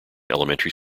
elementary